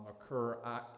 occur